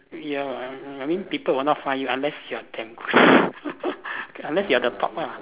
ya I I I mean people will not find you unless you are damn good unless you are the top ah